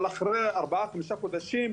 אבל אחרי ארבעה-חמישה חודשים,